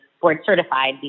board-certified